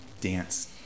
dance